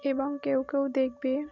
এবং কেউ কেউ দেখবে